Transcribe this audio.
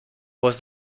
was